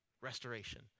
restoration